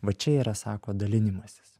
va čia yra sako dalinimasis